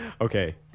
Okay